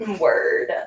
word